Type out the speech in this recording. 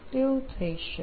તો એવું થઈ શકે